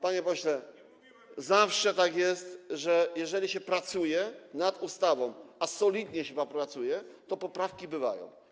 Panie pośle, zawsze tak jest, że jeżeli się pracuje nad ustawą, a solidnie się pracuje, to poprawki bywają.